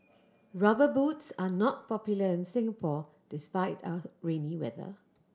Rubber Boots are not popular in Singapore despite our rainy weather